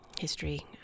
history